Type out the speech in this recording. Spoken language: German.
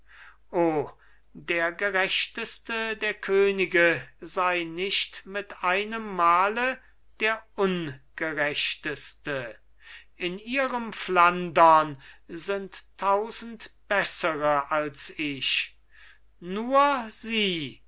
o der gerechteste der könige sei nicht mit einem male der ungerechteste in ihrem flandern sind tausend bessere als ich nur sie